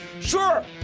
Sure